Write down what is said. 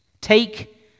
Take